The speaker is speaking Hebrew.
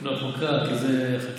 לא, חוקה, כי זה חקיקתי.